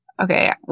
Okay